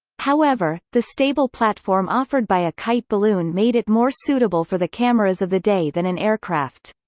however, the stable platform offered by a kite-balloon made it more suitable for the cameras of the day than an aircraft.